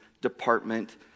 department